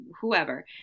whoever